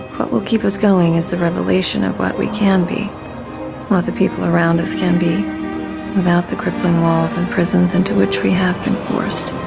what will keep us going is the revelation of what we can be, what the people around us can be without the crippling walls and prisons into which we have forced